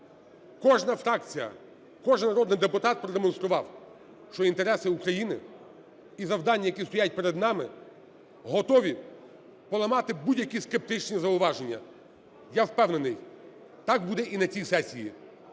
кожна фракція, кожен народний депутат продемонстрував, що інтереси України і завдання, які стоять перед нами, готові поламати будь-які скептичні зауваження. Я впевнений, так буде і на цій сесії,